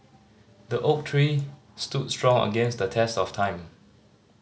the oak tree stood strong against the test of time